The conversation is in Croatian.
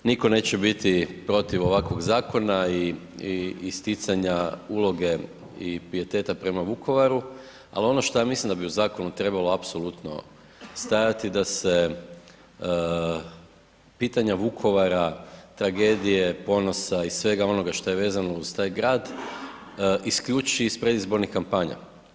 Niko neće biti protiv ovakvog zakona i isticanja uloge i pijeteta prema Vukovaru, ali ono šta ja mislim da bi u zakonu trebalo apsolutno stajati da se pitanja Vukovara, tragedije, ponosa i svega onoga šta je vezano uz taj grad isključi iz predizbornih kampanja.